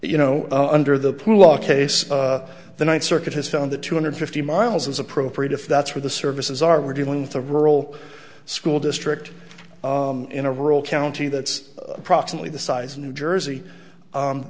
you know under the pool ah case the ninth circuit has found that two hundred fifty miles is appropriate if that's where the services are we're dealing with a rural school district in a rural county that's approximately the size of new jersey